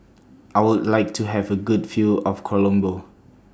I Would like to Have A Good View of Colombo